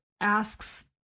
asks